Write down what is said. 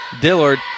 Dillard